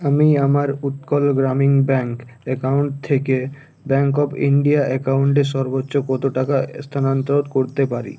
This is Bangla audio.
আমি আমার উৎকল গ্রামীণ ব্যাঙ্ক অ্যাকাউন্ট থেকে ব্যাঙ্ক অফ ইন্ডিয়া অ্যাকাউন্টে সর্বোচ্চ কতো টাকা স্থানান্তর করতে পারি